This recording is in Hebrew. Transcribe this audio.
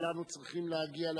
שכולנו צריכים להגיע להסכמה.